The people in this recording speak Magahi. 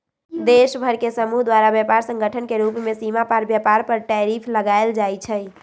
देश सभ के समूह द्वारा व्यापार संगठन के रूप में सीमा पार व्यापार पर टैरिफ लगायल जाइ छइ